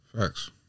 Facts